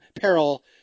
peril